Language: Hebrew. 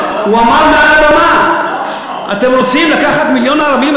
הוא אמר מעל הבמה: אתם רוצים לקחת מיליון ערבים,